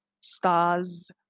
stars